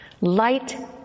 Light